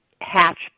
Hatch